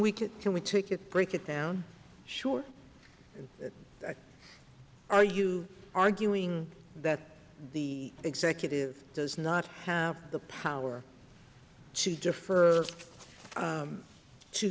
we can can we take it break it down sure are you arguing that the executive does not have the power to defer